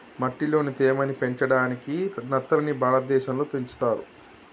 మట్టిలోని తేమ ని పెంచడాయికి నత్తలని భారతదేశం లో పెంచుతర్